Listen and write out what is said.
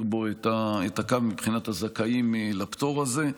בו את הקו מבחינת הזכאים לפטור הזה.